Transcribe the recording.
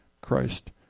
Christ